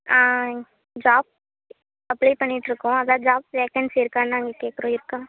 ஆ job apply பண்ணிட்டுருக்கோம் அதான் job vacancy இருக்கா நாங்கள் கேட்கறோம் இருக்கா